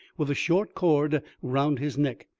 with a short cord round his neck,